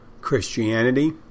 Christianity